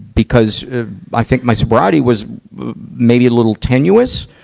because i think my sobriety was maybe a little tenuous.